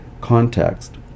context